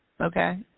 Okay